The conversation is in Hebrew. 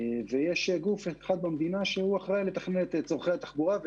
יש גוף אחד במדינה שאחראי לתכנן את צרכי התחבורה.